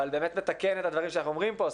אבל באמת מתקן את הדברים שאנחנו אומרים פה.